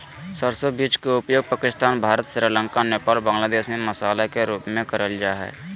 सरसो बीज के उपयोग पाकिस्तान, भारत, श्रीलंका, नेपाल, बांग्लादेश में मसाला के रूप में करल जा हई